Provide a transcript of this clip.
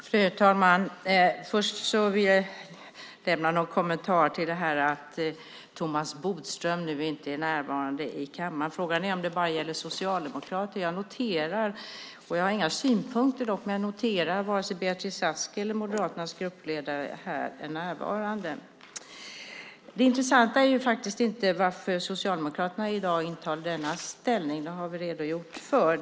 Fru talman! Först har jag en kommentar till att Thomas Bodström inte är närvarande i kammaren. Frågan är om detta bara gäller socialdemokrater. Jag har inga synpunkter på det, men jag noterar att varken Beatrice Ask eller Moderaternas gruppledare är närvarande här. Det intressanta är inte varför Socialdemokraterna i dag intar denna ställning. Det har vi redogjort för.